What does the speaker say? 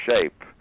shape